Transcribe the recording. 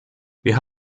wir